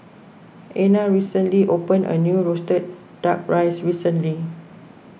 Ena recently opened a new Roasted Duck Rice recently